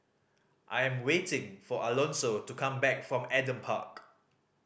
I'm waiting for Alonzo to come back from Adam Park